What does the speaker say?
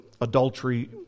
adultery